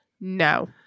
No